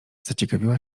zaciekawiła